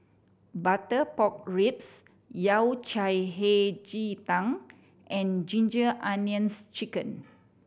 butter pork ribs Yao Cai Hei Ji Tang and Ginger Onions Chicken